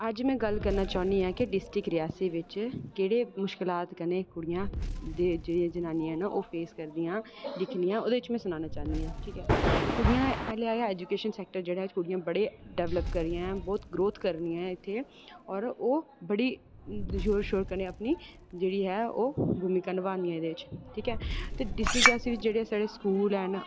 अज्ज में गल्ल करना चाहन्नी आं के डिस्ट्रिक रियासी बिच कुड़ियां केह्ड़ी मुश्कलात ना जेहड़ियां जनान्नी न ओह् फेस करदियां दिक्खनी आं ओह्दे च में सनाना चाह्न्नी आं ठीक ऐ कुड़ियां पैह्लें ऐजुकेशन सैक्टर जेह्ड़ा ऐ कुड़ियां बड़ियां डैवल्प करै दियां ना बहुत ग्रोथ करै दियां न इत्थै ते ओह् बड़ी जोर शोर कन्नै अपनी जेह्ड़ी ऐ ओह् भूमिका नभा दियां एह्दे बिच ते डिस्ट्रिक रियासी बिच जेह्ड़े साढे़ स्कूल ऐ